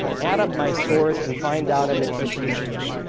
add up my scores and find out i'm at sixty six.